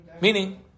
meaning